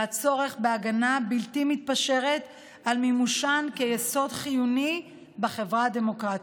והצורך בהגנה בלתי מתפשרת על מימושן כיסוד חיוני בחברה הדמוקרטית.